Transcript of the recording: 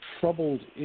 troubled